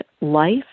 life